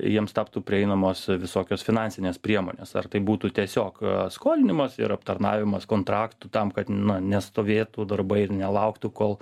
jiems taptų prieinamos visokios finansinės priemonės ar tai būtų tiesiog skolinimas ir aptarnavimas kontraktų tam kad nestovėtų darbai ir nelauktų kol